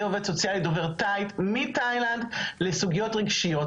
עובד סוציאלית דובר תאית מתאילנד לסוגיות רגשיות.